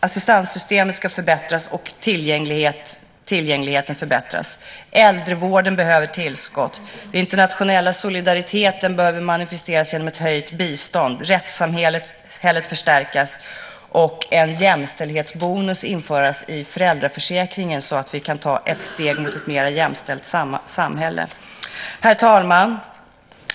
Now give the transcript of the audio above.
Assistanssystemet och tillgängligheten ska förbättras. Äldrevården behöver tillskott. Den internationella solidariteten behöver manifesteras genom ett höjt bistånd, rättssamhället förstärkas och en jämställdhetsbonus införas i föräldraförsäkringen så att vi kan ta ett steg mot ett mer jämställt samhälle. Herr talman!